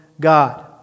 God